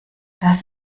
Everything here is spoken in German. das